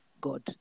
God